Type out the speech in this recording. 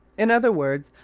in other words,